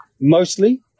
mostly